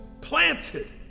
planted